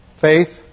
faith